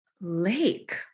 Lake